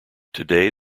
today